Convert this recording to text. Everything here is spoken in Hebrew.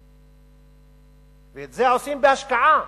ואת זה עושים בהשקעה,